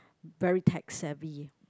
very tech savvy